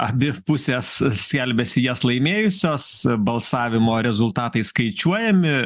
abi pusės skelbiasi jas laimėjusios balsavimo rezultatai skaičiuojami